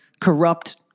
corrupt